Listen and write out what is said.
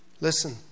Listen